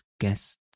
guests